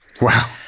Wow